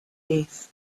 peace